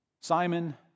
Simon